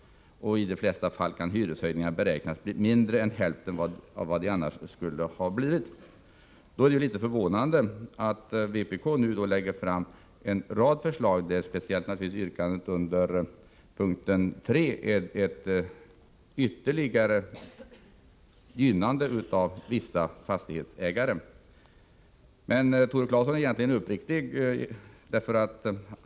I de flesta fall kan hyreshöjningarna beräknas bli mindre än hälften av vad de annars skulle ha blivit.” Då är det litet förvånande att vpk nu lägger fram en rad förslag. Speciellt yrkandet under punkt 3 innebär ett ytterligare gynnande av vissa fastighetsägare. Men Tore Claeson är egentligen uppriktig.